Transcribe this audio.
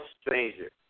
stranger